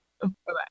Bye-bye